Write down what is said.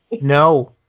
no